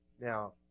Now